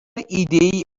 ایدهای